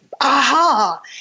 aha